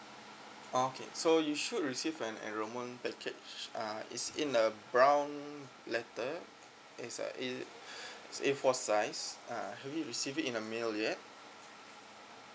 orh okay so you should receive an enrollment package uh it's in a brown letter is a A four size uh have you received it in a mail yet